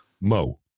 Mo